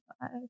five